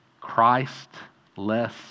Christ-less